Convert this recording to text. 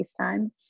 FaceTime